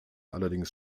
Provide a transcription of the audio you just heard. allerdings